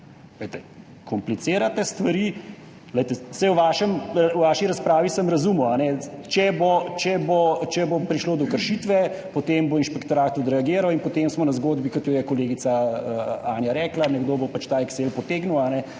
Komplicirate stvari. Saj v vaši razpravi sem razumel, če bo prišlo do kršitve, potem bo inšpektorat odreagiral in potem smo na zgodbi, kot je rekla kolegica Anja, nekdo bo pač ta Excel potegnil